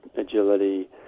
agility